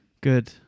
Good